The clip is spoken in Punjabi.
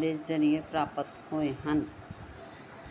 ਦੇ ਜਰੀਏ ਪ੍ਰਾਪਤ ਹੋਏ ਹਨ